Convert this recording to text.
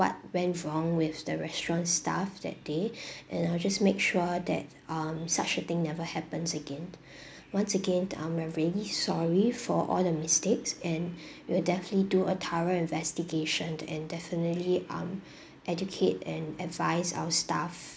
what went wrong with the restaurant staff that day and I'll just make sure that um such a thing never happens again once again um I'm really sorry for all the mistakes and we'll definitely do a thorough investigation and definitely um educate and advise our staff